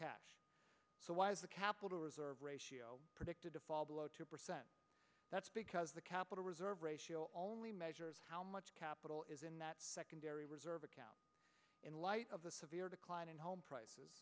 cash so why is the capital reserve ratio predicted to fall below two percent that's because the capital reserve ratio only measures how much capital is in that secondary reserve account in light of the severe decline in home prices